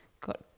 got